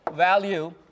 value